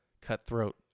cutthroat